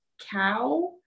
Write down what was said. cow